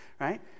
right